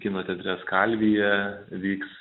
kino teatre skalvija vyks